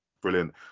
brilliant